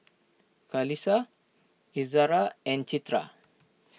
Qalisha Izzara and Citra